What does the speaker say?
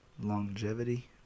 Longevity